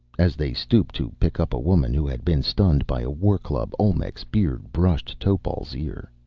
as they stooped to pick up a woman who had been stunned by a war-club, olmec's beard brushed topal's ear.